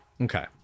Okay